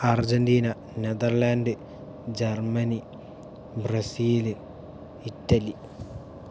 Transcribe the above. Argentina Netherlands Germany Brazil Italy